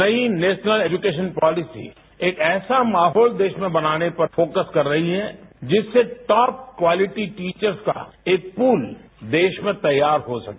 नई national education policy एक ऐसा माहौल देश में बनाने पर फोकस कर रही है जिससे टॉप क्वालिटी टीचर्स का एक पूल देश में तैयार हो सके